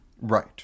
right